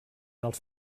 els